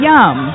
Yum